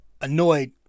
annoyed